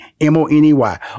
M-O-N-E-Y